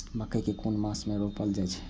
मकेय कुन मास में रोपल जाय छै?